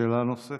שאלה נוספת,